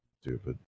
stupid